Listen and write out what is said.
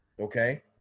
okay